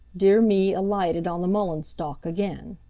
dear me alighted on the mullein stalk again.